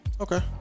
Okay